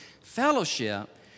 fellowship